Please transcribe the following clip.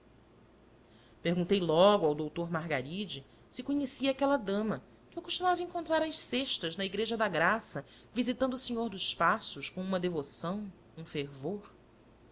perguntei logo ao doutor margaride se conhecia aquela dama que eu costumava encontrar às sextas na igreja da graça visitando o senhor dos passos com uma devoção um fervor